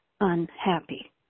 unhappy